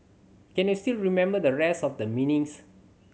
can you still remember the rest of the meanings